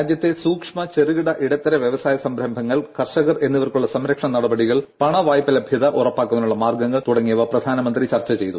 രാജ്യത്തെ സൂക്ഷ്മ ീ് ചെറുകിട ഇടത്തരം വ്യവസായ സംരംഭങ്ങൾ കർഷകർ ് എന്നിവർക്കുള്ള സംരക്ഷണ നടപടികൾ പണ വായ്പ ലഭ്യത ഉറപ്പാക്കുന്നതിനുള്ള മാർഗ്ഗങ്ങൾ തുടങ്ങിയവ പ്രധാനമന്ത്രി ചർച്ച ചെയ്തു